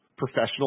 Professional